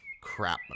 crap